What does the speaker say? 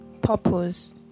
Purpose